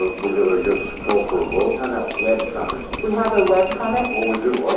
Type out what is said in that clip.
ah we're gonna i guess call for a vote? no, no, web comment? we have a web comment? oh, we do i'm